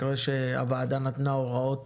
אחרי שהוועדה נתנה הוראות